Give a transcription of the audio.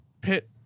pit